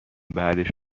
بعدش